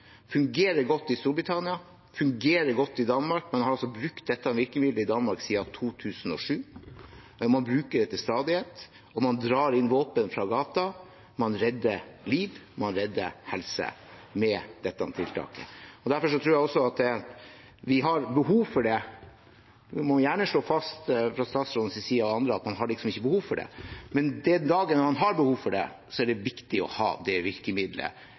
fungerer godt i Storbritannia, og det fungerer godt i Danmark. Man har altså brukt dette virkemidlet i Danmark siden 2007. Man bruker det til stadighet, man drar inn våpen fra gata, man redder liv, og man redder helse med dette tiltaket. Derfor tror jeg også vi har behov for det. Man må gjerne slå fast fra statsrådens side og andres at man liksom ikke har behov for det. Men den dagen man har behov for det, er det viktig å ha det